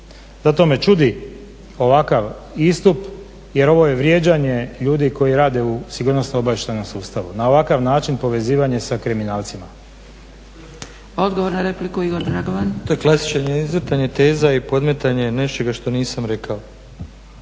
Zato me čudi ovakav istup jer ovo je vrijeđanje ljudi koji rade u sigurnosno-obavještajnom sustavu, na ovakav način povezivanje sa kriminalcima. **Zgrebec, Dragica (SDP)** Odgovor na repliku, Igor Dragovan. **Dragovan, Igor (SDP)** To je klasično izvrtanje teza i podmetanje nečega što nisam rekao.